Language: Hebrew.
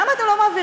למה אתם לא מעבירים?